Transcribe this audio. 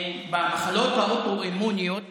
מחלות אוטואימוניות